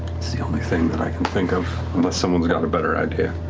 it's the only thing that i can think of unless someone's got a better idea.